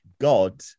God